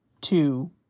two